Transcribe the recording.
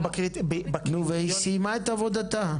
והיא סיימה את עבודתה.